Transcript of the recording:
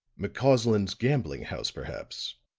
mccausland's gambling house, perhaps,